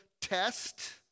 test